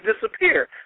disappear